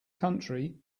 country